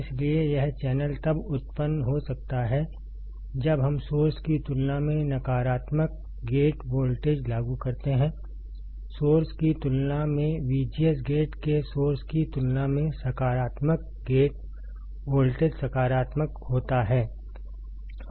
इसलिए यह चैनल तब उत्पन्न हो सकता है जब हम सोर्स की तुलना में नकारात्मक गेट वोल्टेज लागू करते हैं सोर्स की तुलना में VGS गेट के सोर्स की तुलना में सकारात्मक गेट वोल्टेज सकारात्मक होता है